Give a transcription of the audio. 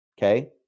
okay